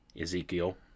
Ezekiel